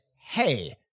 hey